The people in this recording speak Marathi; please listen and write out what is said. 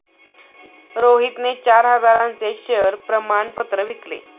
रोहितने चार हजारांचे शेअर प्रमाण पत्र विकले